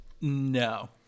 No